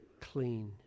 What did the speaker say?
clean